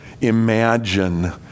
imagine